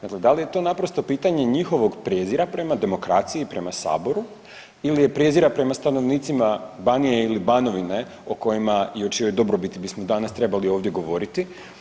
Dakle, da li je to naprosto pitanje njihovog prijezira prema demokraciji, prema saboru ili je prijezira prema stanovnicima Banije ili Banovine o kojima i o čijoj dobrobiti bismo danas trebali ovdje govoriti.